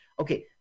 okay